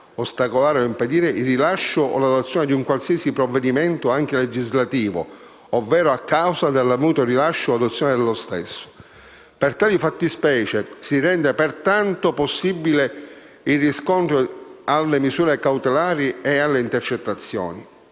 ostacolare o impedire il rilascio o l'adozione di un qualsiasi provvedimento, anche legislativo, ovvero a causa dell'avvenuto rilascio o adozione dello stesso». Per tali fattispecie si rende pertanto possibile il ricorso alle misure cautelari e alle intercettazioni.